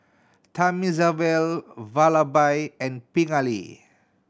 Thamizhavel Vallabhbhai and Pingali